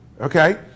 okay